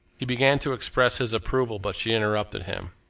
he began to express his approval but she interrupted him.